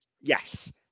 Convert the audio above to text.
Yes